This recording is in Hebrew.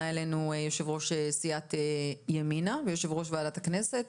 אלינו יושב ראש סיעת ימינה ויושב ראש ועדת הכנסת,